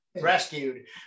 rescued